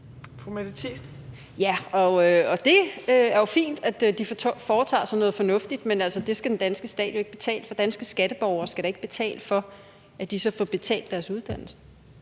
Ja, og det er jo fint, at de foretager sig noget fornuftigt. Men det skal den danske stat jo ikke betale for. Danske skatteborgere skal da ikke betale for, at de så får betalt deres uddannelse.